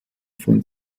von